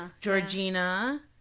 Georgina